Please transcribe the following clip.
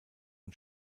und